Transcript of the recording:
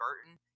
burton